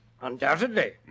Undoubtedly